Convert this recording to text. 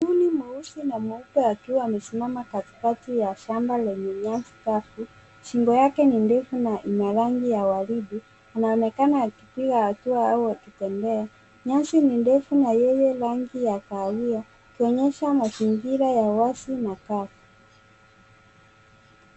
Mbuni mweusi na mweupe akiwa amesimama katikati ya shamba lenye nyasi kavu. Shingo yake ni ndefu na ina rangi ya waridi. Inaonekana akipiga hatua au akitembea. Nyasi ni ndefu na yenye rangi ya kahawia ikionyesha mazingira ya wazi na kavu.